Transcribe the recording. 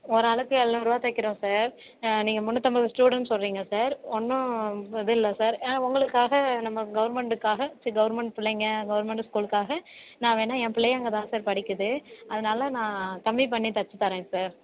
ஒராளுக்கு ஏழ்நூறுபா தைக்கிறோம் சார் நீங்கள் முன்னூத்தம்பது ஸ்டூடெண்ட்ஸ் சொல்கிறீங்க சார் ஒன்றும் இது இல்லை சார் ஆ உங்களுக்காக நம்ம கவுர்மெண்ட்டுக்காக சரி கவுர்மெண்ட் பிள்ளைங்க கவுர்மெண்ட் ஸ்கூலுக்காக நான் வேணால் என் பிள்ளையும் அங்கே தான் சார் படிக்கிறது அதனால நான் கம்மி பண்ணி தைச்சி தரேன் சார்